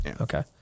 Okay